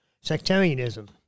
sectarianism